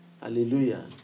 Hallelujah